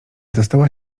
dostała